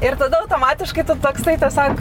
ir tada automatiškai tu toksai tiesiog